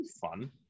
Fun